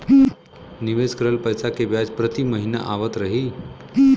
निवेश करल पैसा के ब्याज प्रति महीना आवत रही?